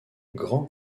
grand